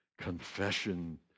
confession